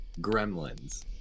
gremlins